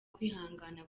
kwihangana